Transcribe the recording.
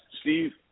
Steve